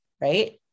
right